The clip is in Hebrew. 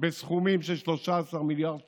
בסכומים של 13 מיליארד שקלים,